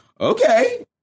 okay